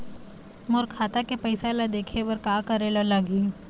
मोर खाता के पैसा ला देखे बर का करे ले लागही?